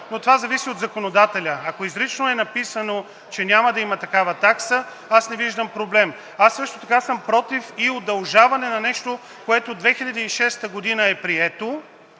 но това зависи от законодателя. Ако изрично е написано, че няма да има такава такса, не виждам проблем. Аз също така съм против удължаване на нещо, което 2006 г. е прието